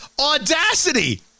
audacity